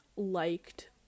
liked